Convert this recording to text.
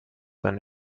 sein